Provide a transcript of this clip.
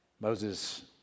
Moses